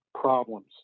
problems